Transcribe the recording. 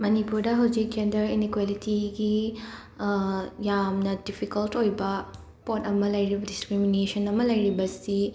ꯃꯅꯤꯄꯨꯔꯗ ꯍꯧꯖꯤꯛ ꯒꯦꯟꯗꯔ ꯏꯟꯏꯀ꯭ꯋꯦꯂꯤꯇꯤꯒꯤ ꯌꯥꯝꯅ ꯗꯤꯐꯤꯀꯜꯠ ꯑꯣꯏꯕ ꯄꯣꯠ ꯑꯃ ꯂꯩꯔꯤ ꯗꯤꯁꯀ꯭ꯔꯤꯃꯤꯅꯦꯁꯟ ꯑꯃ ꯂꯩꯔꯤꯕꯁꯤ